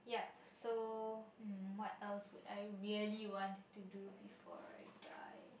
yup so um what else would I really want to do before I die